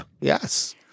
Yes